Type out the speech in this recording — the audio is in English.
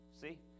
See